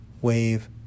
wave